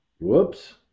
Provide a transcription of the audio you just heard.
whoops